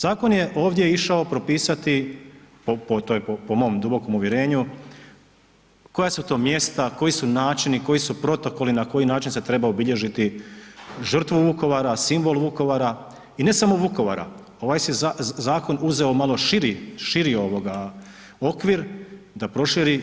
Zakon je ovdje išao propisati, po mom dubokom uvjerenju koja su to mjesta, koji su načini, koji su protokoli na koji način se treba obilježiti žrtvu Vukovara, simbol Vukovara i ne samo Vukovara, ovaj je zakon uzeo malo širi okvir da proširi